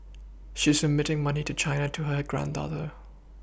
she's remitting money to China to her granddaughter